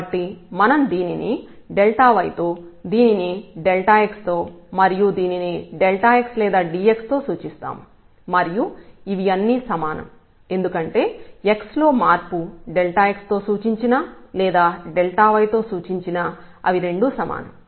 కాబట్టి మనం దీనిని y తో దీనిని x తో మరియు దీనిని x లేదా dx తో సూచిస్తాము మరియు ఇవి అన్ని సమానం ఎందుకంటే x లో మార్పు x తో సూచించినా లేదా y తో సూచించినా అవి రెండూ సమానం